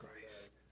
Christ